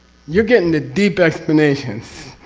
you're getting the deep explanations.